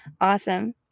Awesome